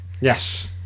Yes